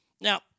Now